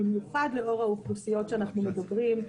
במיוחד לאור האוכלוסיות שאנחנו מדברים בהן,